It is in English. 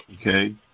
okay